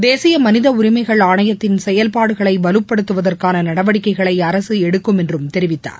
தேசிய மனிதஉரிமைகள் ஆணையத்தின் செயல்பாடுகளை வலப்படுத்துவதற்கான நடவடிக்கைகளை அரசு எடுக்கும் என்றும் தெரிவித்தார்